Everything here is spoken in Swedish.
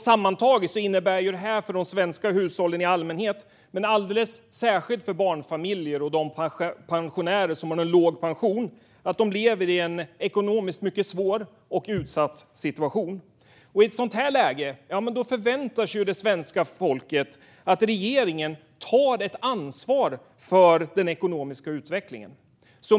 Sammantaget innebär detta att de svenska hushållen i allmänhet och särskilt barnfamiljer och de pensionärer som har en låg pension lever i en ekonomiskt mycket svår och utsatt situation. I ett sådant här läge förväntar sig det svenska folket att regeringen tar ett ansvar för den ekonomiska utvecklingen.